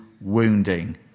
wounding